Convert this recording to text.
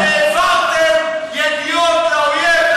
אתם העברתם ידיעות לאויב,